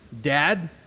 dad